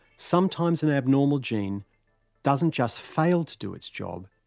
sometimes an abnormal gene doesn't just fail to do its job,